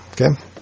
Okay